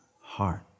heart